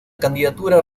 candidatura